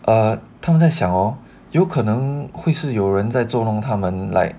err 他们在想有可能会是有人作弄他们 like